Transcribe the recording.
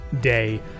day